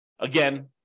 Again